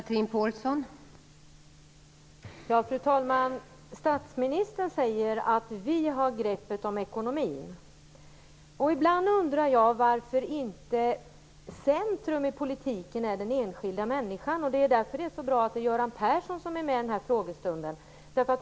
Fru talman! Statsministern säger att man har grepp om ekonomin. Ibland undrar jag varför centrum i politiken inte är den enskilda människan. Det därför det är så bra att Göran Persson är med i denna frågestund.